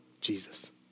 Jesus